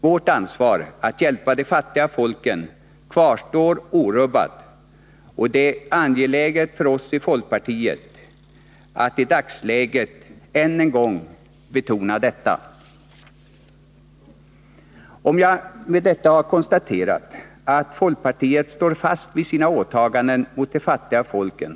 Vårt ansvar att hjälpa de fattiga folken kvarstår orubbat, och för oss i folkpartiet är det angeläget att i dagsläget än en gång betona detta. Jag har med detta konstaterat att folkpartiet står fast vid sina åtaganden mot de fattiga folken.